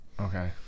Okay